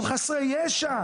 הם חסרי ישע.